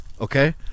okay